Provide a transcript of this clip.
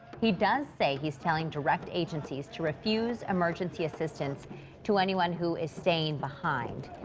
he does say he's telling direct agencies to refuse emergency assistance to anyone who is staying behind.